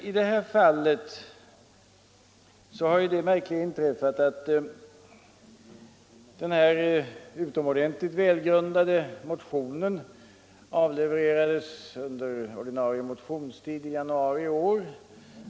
I det här fallet har det märkliga inträffat att den utomordentligt välgrundade motionen avlevererades under ordinarie motionstid i januari i år.